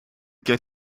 get